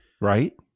right